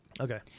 Okay